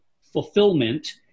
fulfillment